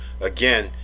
again